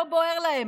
לא בוער להם,